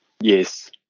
yes